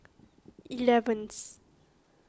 eleventh